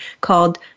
called